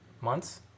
Months